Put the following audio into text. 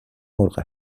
مرغ